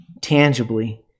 tangibly